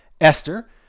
Esther